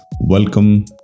welcome